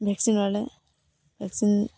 vaccine